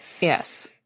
Yes